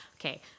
Okay